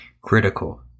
critical